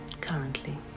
currently